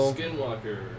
Skinwalker